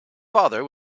father